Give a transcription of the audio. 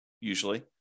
usually